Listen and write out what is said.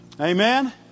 Amen